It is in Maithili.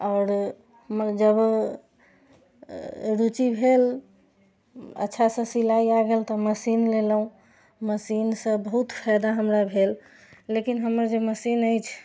आओर जब रुचि भेल अच्छासँ सिलाइ आ गेल तऽ मशीन लेलहुॅं मशीनसँ बहुत फायदा हमरा भेल लेकिन हमर जे मशीन अछि